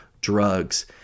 drugs